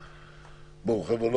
חבר'ה,